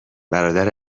برادر